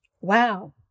Wow